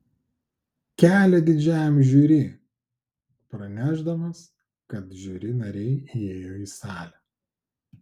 kelią didžiajam žiuri pranešdamas kad žiuri nariai įėjo į salę